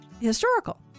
historical